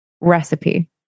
recipe